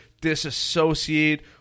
disassociate